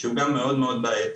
שהוא גם מאוד מאוד בעייתי.